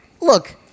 look